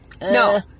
No